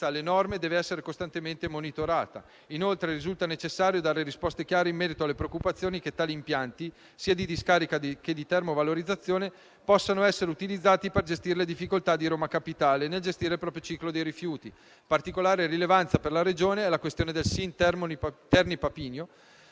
alle norme deve essere costantemente monitorata. Inoltre, risulta necessario dare risposte chiare in merito alle preoccupazioni che tali impianti, sia di discarica che di termovalorizzazione, possano essere utilizzati per gestire le difficoltà di Roma capitale nel gestire il proprio ciclo dei rifiuti Particolare rilevanza per la Regione ha la questione del sito di